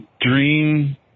dream